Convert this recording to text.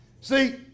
See